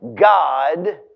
God